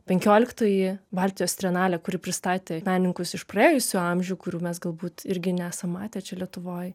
penkioliktoji baltijos trienalė kuri pristatė menininkus iš praėjusių amžių kurių mes galbūt irgi nesam matę čia lietuvoj